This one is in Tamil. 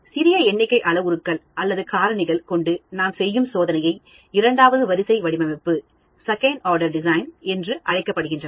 சிறிய எண்ணிக்கைஅளவுருக்கள் அல்லது காரணிகள் கொண்டு நாம் செய்யும் சோதனையை இரண்டாவது வரிசை வடிவமைப்பு என்று அழைக்கப்படுகிறது